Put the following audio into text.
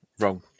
wrong